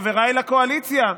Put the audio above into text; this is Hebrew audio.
חבריי מהקואליציה,